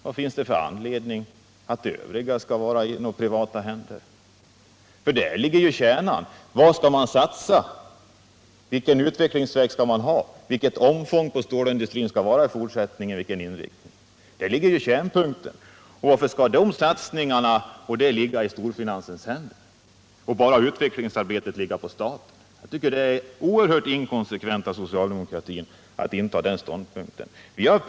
Vad finns det för anledning att låta det övriga ligga i privata händer? Kärnpunkterna är ju: Var skall vi satsa? Vilken utvecklingsväg skall vi välja? Vilket omfång och vilken inriktning skall stålindustrin ha? Varför skall de satsningarna ligga i storfinansens händer och bara utvecklingsarbetet ligga hos staten? Det är oerhört inkonsekvent av socialdemokratin att inta den ståndpunkten.